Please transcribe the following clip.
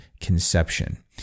conception